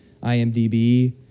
IMDb